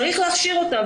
צריך להכשיר אותם,